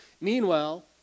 Meanwhile